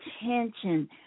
attention